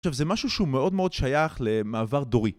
עכשיו, זה משהו שהוא מאוד מאוד שייך למעבר דורי